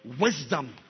Wisdom